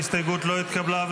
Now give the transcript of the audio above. ההסתייגות לא נתקבלה.